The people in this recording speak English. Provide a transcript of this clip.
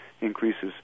increases